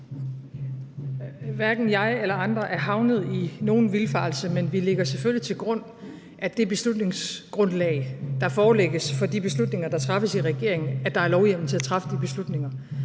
Hverken jeg eller andre er havnet i nogen vildfarelse, men vi lægger selvfølgelig til grund for det beslutningsgrundlag, der forelægges for de beslutninger, der træffes i regeringen, at der er lovhjemmel til at træffe de beslutninger.